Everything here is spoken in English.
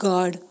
God